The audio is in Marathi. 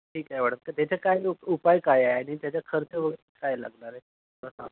ठीक आहे मॅडम तर त्याचा काय उ उपाय काय आहे आणि त्याच्या खर्च वगैरे काय लागणार आहे